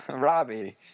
Robbie